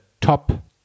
top